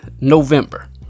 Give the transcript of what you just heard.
November